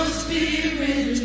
spirit